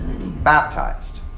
baptized